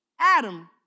Adam